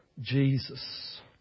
Jesus